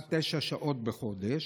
עד תשע שעות בחודש,